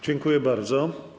Dziękuję bardzo.